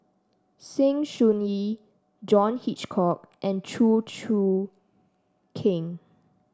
Sng Choon Yee John Hitchcock and Chew Choo Keng